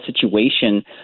situation